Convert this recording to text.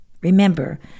Remember